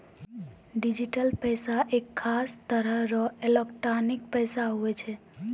digital पैसा एक खास तरह रो एलोकटानिक पैसा हुवै छै